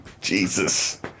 jesus